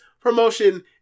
promotion